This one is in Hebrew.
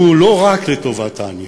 שהוא לא רק לטובת העניים.